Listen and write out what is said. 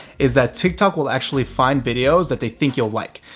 is that tik tok will actually find videos that they think you'll like.